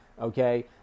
okay